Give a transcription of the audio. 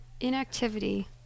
Inactivity